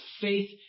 faith